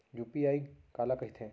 UPI काला कहिथे?